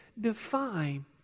define